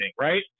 Right